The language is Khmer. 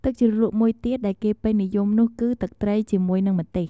ទឹកជ្រលក់មួយទៀតដែលគេពេញនិយមនោះគឺ ទឹកត្រីជាមួយនិងម្ទេស។